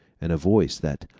and a voice that,